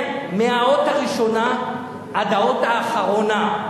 מהאות הראשונה עד האות האחרונה.